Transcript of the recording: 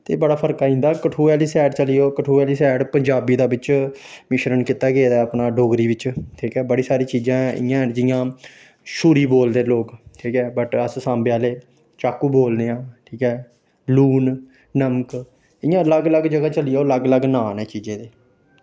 ते बड़ा फर्क आई जंदा कठुए आह्ली साईड चली जाओ कठुए आह्ली साइड पंजाबी दा बिच मिश्रण कीता गेदा अपना डोगरी बिच ते बड़ी सारी चीजां इ'यां न जियां छुरी बोलदे लोक ठीक ऐ बट अस सांबे आह्ले चाकू बोलने आं ठीक ऐ लून नमक इं'या अलग अलग जगह चली जाओ अलग अलग नांऽ न चीजें दे